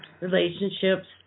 relationships